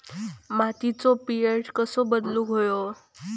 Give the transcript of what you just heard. मातीचो पी.एच कसो बदलुक होयो?